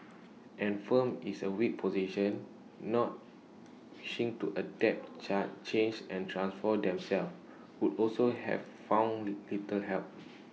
and firms is A weak position not wishing to adapt change and transform themselves would also have found little help